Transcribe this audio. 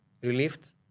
relieved